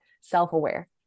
self-aware